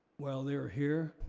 while they are here,